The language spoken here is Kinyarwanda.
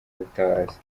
butabazi